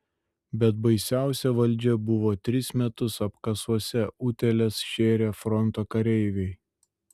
bet baisiausia valdžia buvo tris metus apkasuose utėles šėrę fronto kareiviai